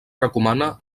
recomana